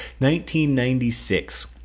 1996